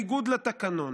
בניגוד לתקנון,